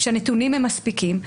שהנתונים הם מספיקים,